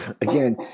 again